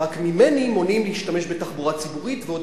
רק ממני מונעים להשתמש בתחבורה ציבורית ועוד